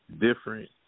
Different